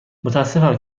متاسفم